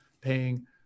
paying